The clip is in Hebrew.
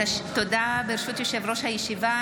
ברשות יושב-ראש הישיבה,